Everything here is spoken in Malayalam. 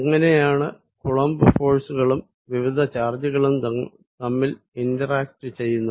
എങ്ങിനെയാണ് കൂളംബ് ഫോഴ്സ്കളും വിവിധ ചാർജ്ജുകളും തമ്മിൽ ഇന്ററാക്ട് ചെയ്യുന്നത്